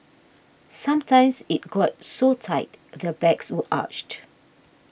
sometimes it got so tight their backs were arched